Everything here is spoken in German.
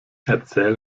erzähl